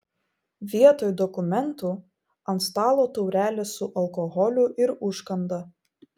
vietoj dokumentų ant stalo taurelės su alkoholiu ir užkanda